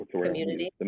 community